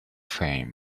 fame